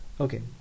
Okay